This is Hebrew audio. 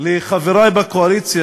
לחברי בקואליציה,